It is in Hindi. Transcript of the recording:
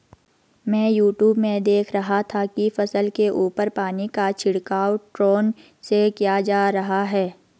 मैं यूट्यूब में देख रहा था कि फसल के ऊपर पानी का छिड़काव ड्रोन से किया जा रहा है